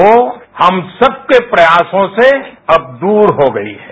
वो हम सब के प्रयासों से अब दूर हो गईहै